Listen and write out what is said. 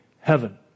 heaven